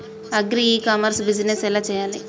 Agri e commerce business ఎలా చెయ్యాలి?